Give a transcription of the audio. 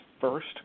first